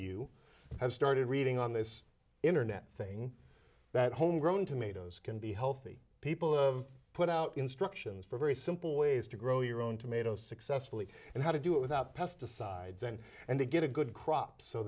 you have started reading on this internet thing that home grown tomatoes can be healthy people have put out instructions for very simple ways to grow your own tomato successfully and how to do it without pesticides and and to get a good crop so